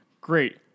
Great